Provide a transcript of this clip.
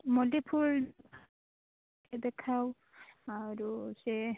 ମଲ୍ଲି ଫୁଲ୍ ଟିକିଏ ଦେଖାଅ ଆରୁ ସେ